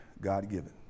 God-given